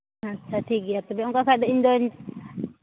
ᱟᱪᱪᱷᱟ ᱴᱷᱤᱠᱜᱮᱭᱟ ᱛᱚᱵᱮ ᱚᱝᱠᱟ ᱠᱷᱟᱱ ᱫᱚ ᱤᱧ ᱫᱚᱧ